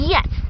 Yes